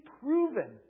proven